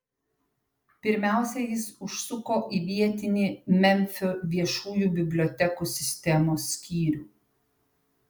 pirmiausia jis užsuko į vietinį memfio viešųjų bibliotekų sistemos skyrių